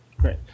Great